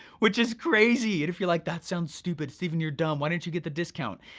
which is crazy. and if you're like that sounds stupid, stephen you're dumb, why didn't you get the discount?